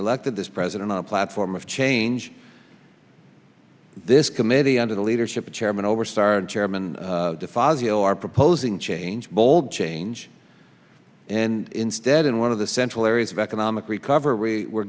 elected this president on a platform of change this committee under the leadership of chairman over start chairman defiles you are proposing change bold change and instead in one of the central areas of economic recovery we're